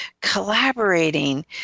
collaborating